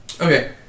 Okay